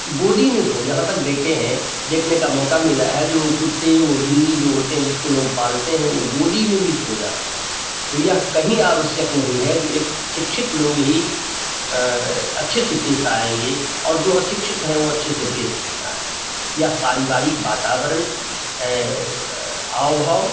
गोदी में सो जहाँ तक देखे हैं देखने का मौका मिला है जो वह कुत्ते वह बिल्ली जो होते हैं जिसको लोग पालते हैं वह गोदी में भी सो जाते हैं तो यह कहीं आवश्यक नहीं है जो एक शिक्षित लोग ही अच्छे से पेश आएंगे और जो अशिक्षित हैं वह अच्छे से पेश नहीं आएँ हैं यह पारिवारिक बातावरण आव भाव